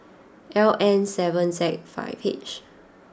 L N seven Z five H